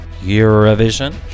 eurovision